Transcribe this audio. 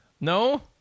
No